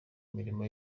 imirimo